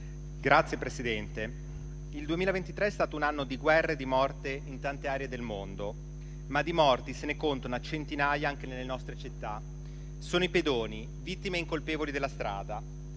Signor Presidente, il 2023 è stato un anno di guerra e di morte in tante aree del mondo, ma di morti se ne contano a centinaia anche nelle nostre città. Sono i pedoni, vittime incolpevoli della strada: